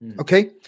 Okay